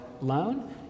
loan